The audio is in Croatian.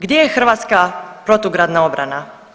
Gdje je hrvatska protugradna obrana?